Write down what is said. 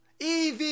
EV